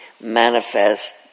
manifest